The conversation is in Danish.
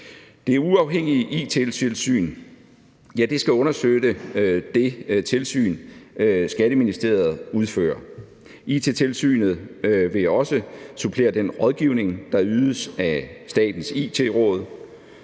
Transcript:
Det uafhængige it-tilsyn skal understøtte det tilsyn, Skatteministeriet udfører. It-tilsynet vil også supplere den rådgivning, der ydes af Statens It-råd.